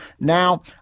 Now